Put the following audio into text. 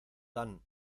dan